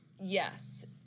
Yes